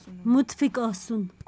مُتفِق آسُن